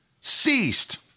ceased